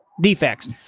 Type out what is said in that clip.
defects